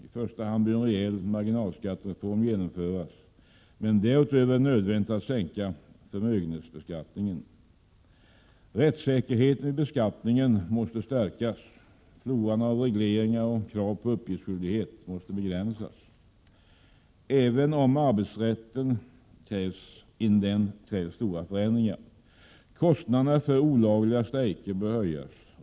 I första hand bör en rejäl marginalskattereform genomföras, men därutöver är det nödvändigt att sänka förmögenhetsbeskattningen. Rättssäkerheten vid beskattningen måste stärkas. Floran av regleringar och kraven på uppgiftsskyldighet måste begränsas. Även inom arbetsrätten krävs stora förändringar. Kostnaderna för olagliga strejker bör höjas.